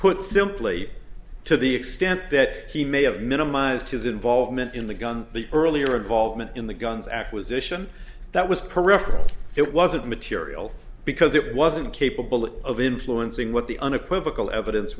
put simply to the extent that he may have minimized his involvement in the gun the earlier involvement in the guns acquisition that was peripheral it wasn't material because it wasn't capable of influencing what the unequivocal evidence